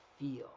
feel